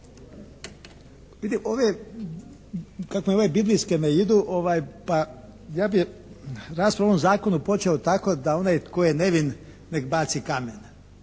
Vidite, kako ove Biblijske me idu pa ja bih raspravu o ovom zakonu počeo tako da onaj tko je nevin nek' baci kamen.